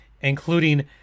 including